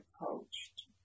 approached